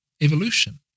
evolution